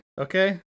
Okay